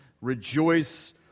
Rejoice